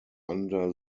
under